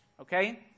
okay